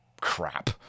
crap